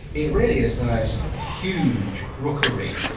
it really is the most huge rookery,